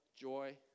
joy